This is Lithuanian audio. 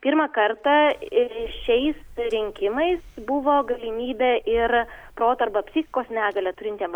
pirmą kartą ir šiais rinkimais buvo galimybė ir proto arba psichikos negalią turintiem